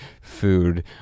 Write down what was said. food